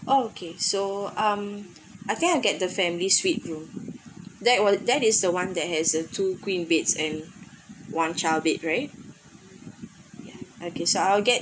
okay so um I think I get the family suite room that was that is the one that has a two queen beds and one child bed right okay so I'll get